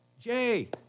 Jay